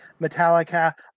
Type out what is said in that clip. metallica